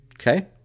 Okay